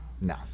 No